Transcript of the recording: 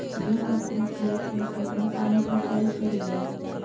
दू कट्ठा खेत में केतना पानी सीचाई करिए?